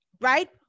right